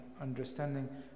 understanding